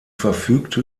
verfügte